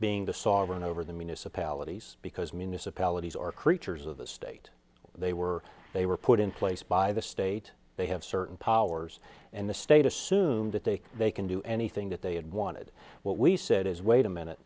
being to saw over and over the municipalities because municipalities are creatures of the state they were they were put in place by the state they have certain powers and the state assumed that they they can do anything that they had wanted what we said is wait a minute